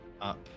up